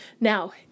now